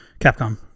Capcom